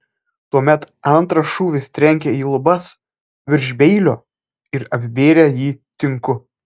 tuomet antras šūvis trenkė į lubas virš beilio ir apibėrė jį tinku